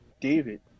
David